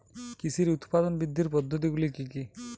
কৃষির উৎপাদন বৃদ্ধির পদ্ধতিগুলি কী কী?